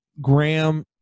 Graham